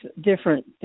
different